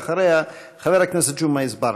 אחריה, חבר הכנסת ג'מעה אזברגה.